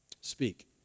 speak